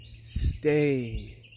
stay